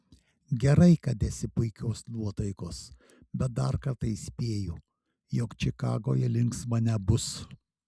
gerai kad esi puikios nuotaikos bet dar kartą įspėju jog čikagoje linksma nebus